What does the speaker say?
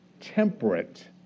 temperate